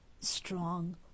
Strong